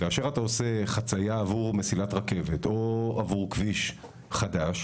כאשר אתה עושה חצייה עבור מסילת רכבת או עבור כביש חדש,